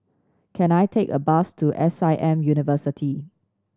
can I take a bus to S I M University